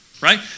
Right